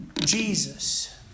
Jesus